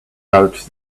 out